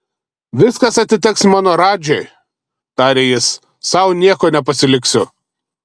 viskas atiteks mano radžai tarė jis sau nieko nepasiliksiu